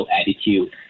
attitude